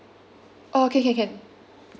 oh can can can